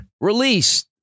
release